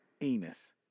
anus